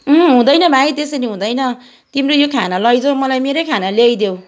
अँह हुँदैन भाइ त्यसरी हुँदैन तिम्रो यो खाना लैजाउ मलाई मेरै खाना ल्याइदेऊ